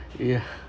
yeah